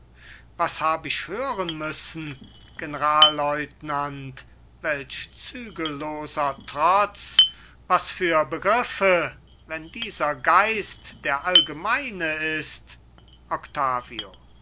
was hab ich hören müssen genralleutnant welch zügelloser trotz was für begriffe wenn dieser geist der allgemeine ist octavio